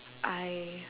I